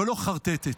ולא חרטטת.